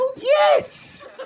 Yes